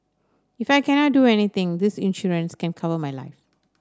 if I cannot do anything this insurance can cover my life